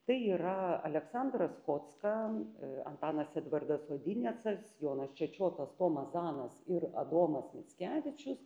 tai yra aleksandras kocka antanas edvardas odinecas jonas čečiotas tomas zanas ir adomas mickevičius